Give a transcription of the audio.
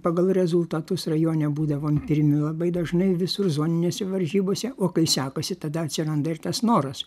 pagal rezultatus rajone būdavom pirmi labai dažnai visur zoninėse varžybose o kai sekasi tada atsiranda ir tas noras